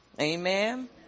Amen